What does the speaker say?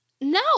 No